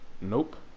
Nope